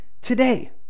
today